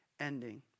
ending